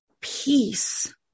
peace